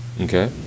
Okay